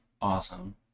awesome